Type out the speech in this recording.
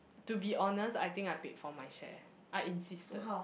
to be honest I think I paid for my share I insisted